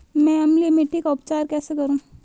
मैं अम्लीय मिट्टी का उपचार कैसे करूं?